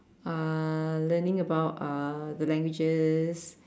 uh learning about uh the languages